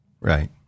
Right